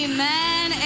Amen